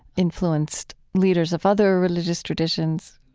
influenced leaders of other religious traditions,